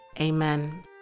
Amen